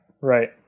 Right